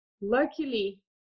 Luckily